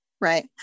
right